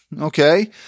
okay